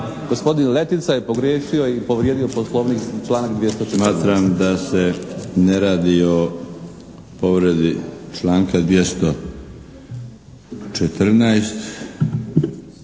Gospodin Letica je pogriješio i povrijedio Poslovnik članak 214.